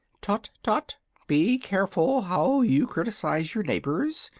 tut-tut! be careful how you criticise your neighbors,